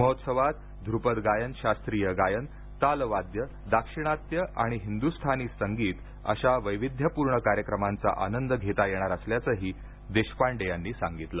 महोत्सवात ध्रपद गायन शास्त्रीय गायन तालवाद्य दक्षिणात्य आणि हिंदु्स्थानी संगीत अशा वैविध्यपूर्ण कार्यक्रमांचा आनंद घेता येणार असल्याचही देशपांडे यांनी सांगितलं